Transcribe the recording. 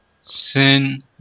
Sin